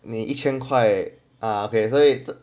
你一千块 okay so late